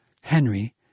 Henry